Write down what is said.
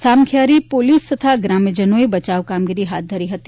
Samakhiyari police તથા ગ્રામ્યજનોએ બચાવ કામગીરી હાથ ધરી હતી